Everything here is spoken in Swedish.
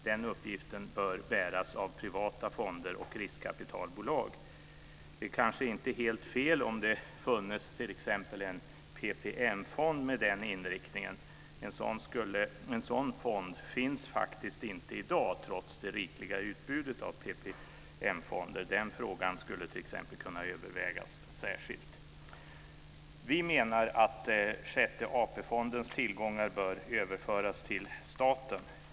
Den uppgiften bör bäras av privata fonder och riskkapitalbolag. Det är kanske inte helt fel om det finns t.ex. en PPM-fond med den inriktningen. En sådan fond finns inte i dag trots det rikliga utbudet av PPM-fonder. Den frågan skulle t.ex. kunna övervägas särskilt. Vi menar att sjätte AP-fondens tillgångar bör överföras till staten.